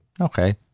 Okay